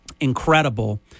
Incredible